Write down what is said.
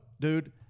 dude